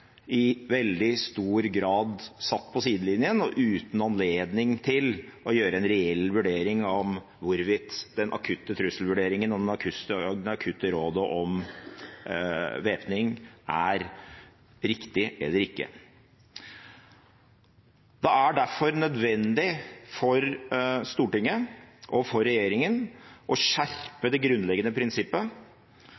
i veldig stor grad satt på sidelinjen og uten anledning til å gjøre en reell vurdering av om hvorvidt den akutte trusselvurderingen og det akutte rådet om bevæpning er riktig eller ikke. Det er derfor nødvendig for Stortinget, og for regjeringen, å innskjerpe det grunnleggende prinsippet